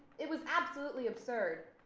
it was absolutely absurd.